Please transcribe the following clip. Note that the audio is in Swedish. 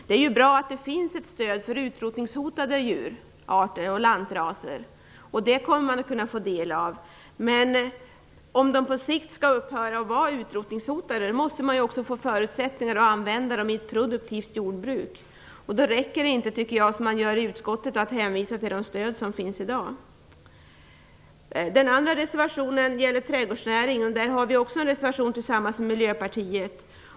Det är bra att det finns ett stöd för utrotningshotade djurarter och lantraser, och det kommer man att kunna få del av. Om dessa raser på sikt skall upphöra att vara utrotningshotade måste vi också få förutsättningar att använda dem i ett produktivt jordbruk. Jag tycker inte att det räcker att göra som man gör i utskottet, att hänvisa till de stöd som finns i dag. Även reservation 3 om investeringsstöd till trädgårdsnäringen har vi tillsammans med Miljöpartiet.